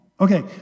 Okay